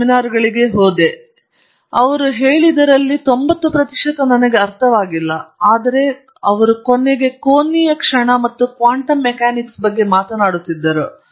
ಆದರೆ seminar Rose ಎಂಬ ವ್ಯಕ್ತಿಯಿಂದ ಮತ್ತು ಇನ್ನೂ ನೆನಪಿನಲ್ಲಿದೆ ಅವನು ಹೇಳಿದ್ದಕ್ಕಿಂತ 90 ಪ್ರತಿಶತ ನನಗೆ ಅರ್ಥವಾಗಲಿಲ್ಲ ಆದರೆ ಅವನು ಕೋನೀಯ ಕ್ಷಣ ಮತ್ತು ಕ್ವಾಂಟಮ್ ಮೆಕ್ಯಾನಿಕ್ಸ್ ಬಗ್ಗೆ ಮಾತನಾಡುತ್ತಿದ್ದನು